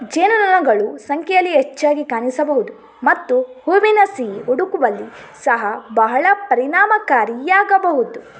ಜೇನುನೊಣಗಳು ಸಂಖ್ಯೆಯಲ್ಲಿ ಹೆಚ್ಚಾಗಿ ಕಾಣಿಸಬಹುದು ಮತ್ತು ಹೂವಿನ ಸಿಹಿ ಹುಡುಕುವಲ್ಲಿ ಸಹ ಬಹಳ ಪರಿಣಾಮಕಾರಿಯಾಗಬಹುದು